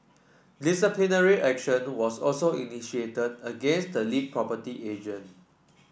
disciplinary action was also initiated against the lead property agent